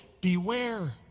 beware